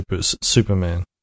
Superman